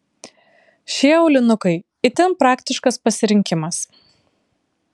šie aulinukai itin praktiškas pasirinkimas